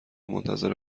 منتظر